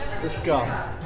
Discuss